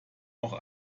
auch